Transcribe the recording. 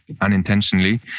unintentionally